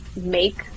make